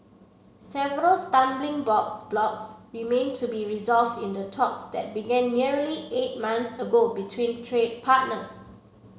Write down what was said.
several stumbling blocks remain to be resolved in talks that began nearly eight months ago between trade partners